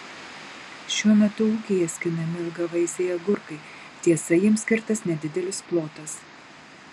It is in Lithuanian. šiuo metu ūkyje skinami ilgavaisiai agurkai tiesa jiems skirtas nedidelis plotas